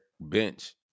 bench